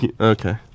okay